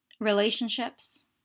relationships